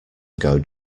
ago